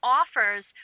offers